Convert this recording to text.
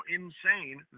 insane